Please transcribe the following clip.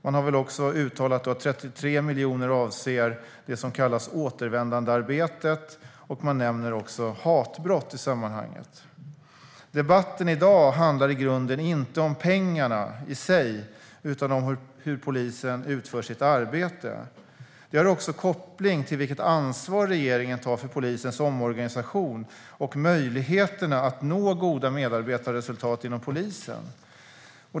Man har också uttalat att 33 miljoner avser det som kallas återvändandearbetet, och man nämner även hatbrott i sammanhanget. Debatten i dag handlar i grunden inte om pengarna i sig utan om hur polisen utför sitt arbete. Det har också koppling till vilket ansvar regeringen tar för polisens omorganisation och möjligheterna att nå goda medarbetarresultat inom polisen.